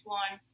one